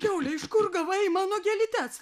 kiaule iš kur gavai mano gėlytes